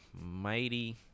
mighty